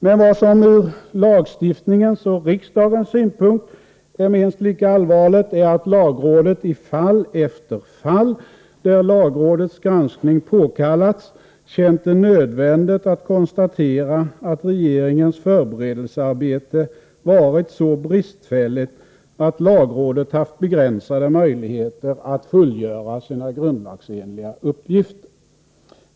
Men vad som ur lagstiftningens och riksdagens synpunkter är minst lika allvarligt är att lagrådet i fall efter fall där lagrådets granskning påkallats känt det nödvändigt att konstatera att regeringens förberedelsearbete varit så bristfälligt, att lagrådet haft begränsade möjligheter att fullgöra sina grundlagsenliga uppgifter.